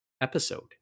episode